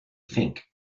fink